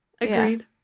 Agreed